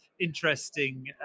interesting